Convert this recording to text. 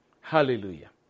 Hallelujah